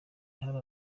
hari